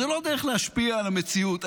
זו לא דרך להשפיע על המציאות.